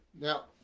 Now